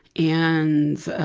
and